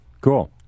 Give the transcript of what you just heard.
Cool